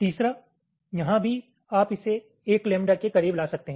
तीसरा यहाँ भी आप इसे 1 लैम्ब्डा के करीब ला सकते हैं